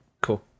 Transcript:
Cool